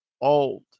old